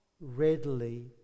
readily